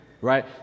Right